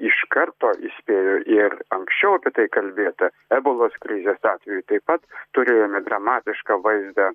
iš karto įspėjo ir anksčiau apie tai kalbėta ebolos krizės atveju taip pat turėjome dramatišką vaizdą